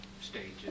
stages